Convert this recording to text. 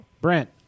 Brent